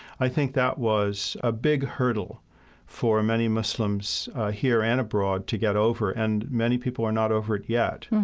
i think that was a big hurdle for many muslims here and abroad to get over, and many people are not over it yet.